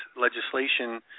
legislation